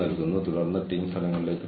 കൂടാതെ ഞാൻ ഈ അവസാന ഖണ്ഡിക വായിക്കാം